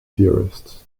theorist